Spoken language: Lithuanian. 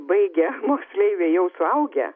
baigę moksleiviai jau suaugę